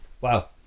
Wow